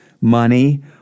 money